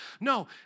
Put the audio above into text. No